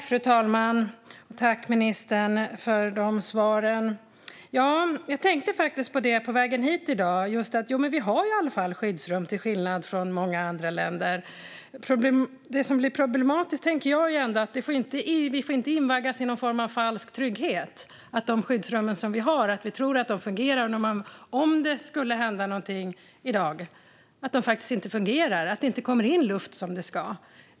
Fru talman! Jag tackar ministern för svaren. Jag tänkte faktiskt på just det på vägen hit i dag, att vi till skillnad från många andra länder i alla fall har skyddsrum. Men det som är problematiskt är om vi invaggas i en falsk trygghet och tror att de skyddsrum vi har fungerar. Tänk om det skulle hända något i dag och de inte fungerar och det inte kommer in luft som det ska.